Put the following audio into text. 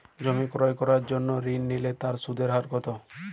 জমি ক্রয়ের জন্য ঋণ নিলে তার সুদের হার কতো?